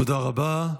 תודה רבה.